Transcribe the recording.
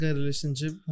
relationship